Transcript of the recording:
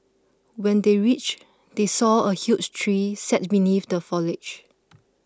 when they reached they saw a huge tree sat beneath the foliage